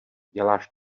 děláš